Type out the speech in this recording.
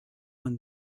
won